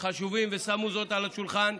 חשובים ושמו זאת על השולחן.